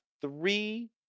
three